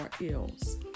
ills